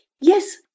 Yes